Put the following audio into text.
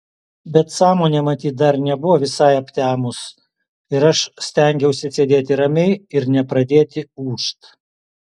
bet sąmonė matyt dar nebuvo visai aptemus ir aš stengiausi sėdėti ramiai ir nepradėti ūžt